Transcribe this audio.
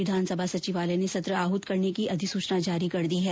विधानसभा सचिवालय ने सत्र आहूत करने की अधिसूचना जारी कर दी है